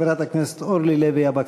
חברת הכנסת אורלי לוי אבקסיס.